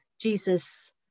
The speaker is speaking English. Jesus